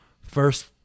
first